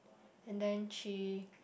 and then she